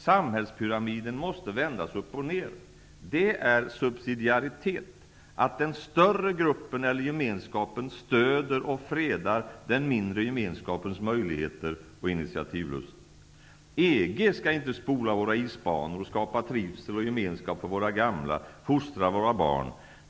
Samhällspyramiden måste vändas upp och ner. Det är subsidiaritet att den större gruppen eller gemenskapen stöder och fredar den mindre gemenskapens möjligheter och initiativlust. EG skall inte spola våra isbanor, skapa trivsel och gemenskap för våra gamla, fostra våra barn.